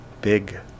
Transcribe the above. big